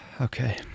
okay